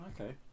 Okay